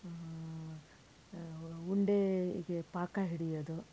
ಉಂಡೆಗೆ ಪಾಕ ಹಿಡಿಯೋದು